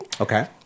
Okay